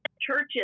churches